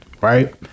right